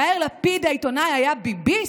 יאיר לפיד העיתונאי היה ביביסט,